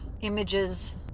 images